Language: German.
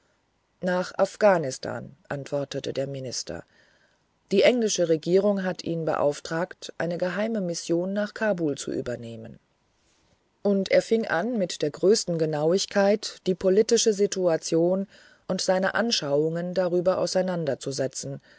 nach afghanistan antwortete der minister die englische regierung hat ihn beauftragt eine geheime mission nach kabul zu übernehmen und er fing an mit der größten genauigkeit die politische situation und seine anschauungen darüber auseinanderzusetzen